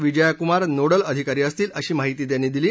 Vijaya Kumar nodal अधिकारी असतील अशी माहिती त्यांनी दिली